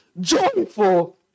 joyful